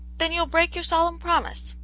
then, you'll break your solemn promise.